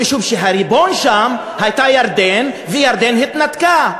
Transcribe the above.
כי הריבון שם היה ירדן, וירדן התנתקה.